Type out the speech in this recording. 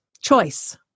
choice